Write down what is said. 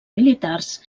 militars